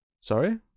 Sorry